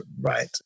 right